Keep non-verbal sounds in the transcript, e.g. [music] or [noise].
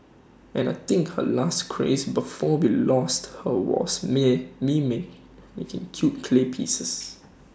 and I think her last craze before we lost her was [unintelligible] making cute clay pieces